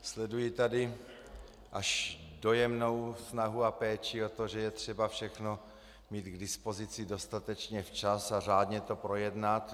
Sleduji tady až dojemnou snahu a péči o to, že je třeba všechno mít k dispozici dostatečně včas a řádně to projednat.